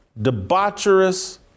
debaucherous